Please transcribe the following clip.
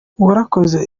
warakoze